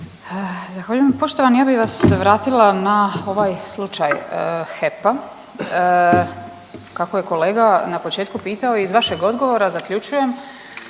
Zahvaljujem. Poštovani, ja bih vas vratila na ovaj slučaj HEP-a kako je kolega na početku pitao iz vašeg odgovora zaključujem